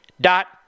dot